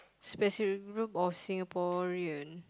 specific group of Singaporean